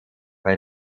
bei